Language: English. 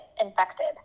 infected